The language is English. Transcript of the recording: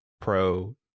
Pro